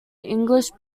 english